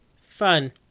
Fun